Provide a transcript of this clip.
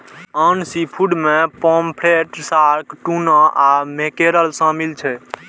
आन सीफूड मे pomfret, shark, tuna आ मैकेरल शामिल छै